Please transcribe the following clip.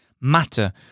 matter